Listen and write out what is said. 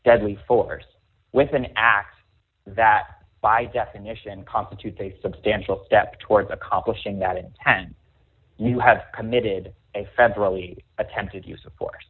deadly force with an act that by definition constitutes a substantial step towards accomplishing that intent you have committed a federally attempted use of force